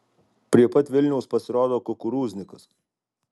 prie pat vilniaus pasirodo kukurūznikas